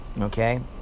Okay